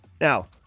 Now